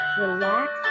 Relax